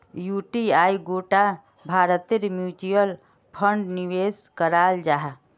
युटीआईत गोटा भारतेर म्यूच्यूअल फण्ड निवेश कराल जाहा